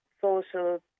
social